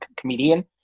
comedian